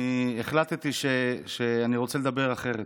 אני החלטתי שאני רוצה לדבר אחרת,